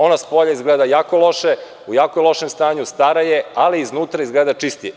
Ona spolja izgleda jako loše, u jako lošem je stanju, stara je, ali iznutra izgleda čistije.